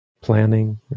planning